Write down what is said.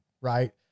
Right